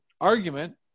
argument